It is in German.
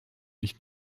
nicht